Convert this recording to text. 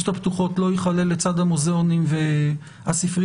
הפתוחות לא ייכלל לצד המוזיאונים והספריות,